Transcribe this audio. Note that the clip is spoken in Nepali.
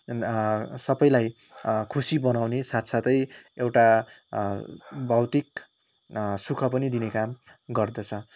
सबैलाई खुसी बनाउने साथसाथै एउटा भौतिक सुख पनि दिने काम गर्दछ